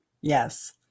Yes